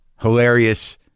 hilarious